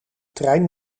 trein